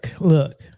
look